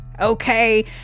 Okay